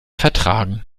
vertragen